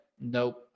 Nope